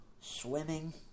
Swimming